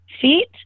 feet